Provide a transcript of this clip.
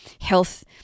health